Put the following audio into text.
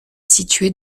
située